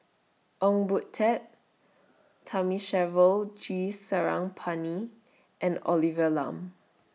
Ong Boon Tat Thamizhavel G Sarangapani and Olivia Lum